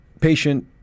patient